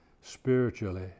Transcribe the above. spiritually